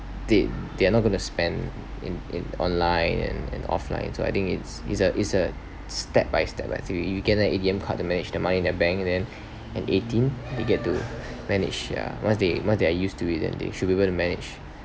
they they are not going to spend in in online and and offline so I think it's it's a it's a step by step so you give them A_T_M card to manage the money in the bank then at eighteen they get to manage yeah once they once they are used to it and they should be able to manage